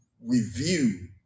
review